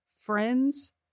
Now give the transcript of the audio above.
friends